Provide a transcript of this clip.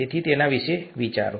તેથી તેના વિશે વિચારો